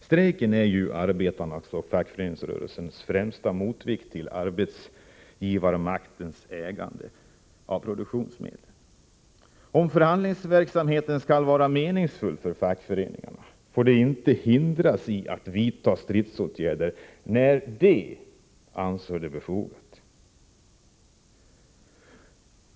Strejken är ju arbetarnas och fackföreningsrörelsens främsta motvikt till arbetsgivarmaktens ägande av produktionsmedlen. Om förhandlingsverksamheten skall vara meningsfull för fackföreningarna får de inte hindras i att vidta stridsåtgärder när de anser det vara befogat.